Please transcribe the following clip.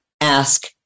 ask